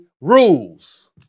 rules